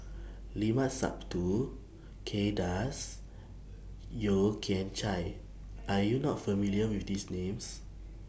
Limat Sabtu Kay Das Yeo Kian Chye Are YOU not familiar with These Names